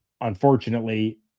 unfortunately